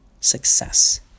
success